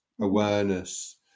awareness